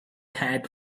had